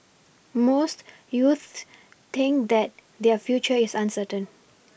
most youths think that their future is uncertain